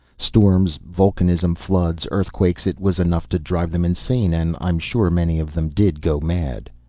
storms, vulcanism, floods, earthquakes it was enough to drive them insane, and i'm sure many of them did go mad.